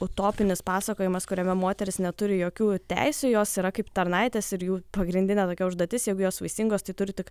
utopinis pasakojimas kuriame moteris neturi jokių teisių jos yra kaip tarnaitės ir jų pagrindinė tokia užduotis jeigu jos vaisingos tai turi tik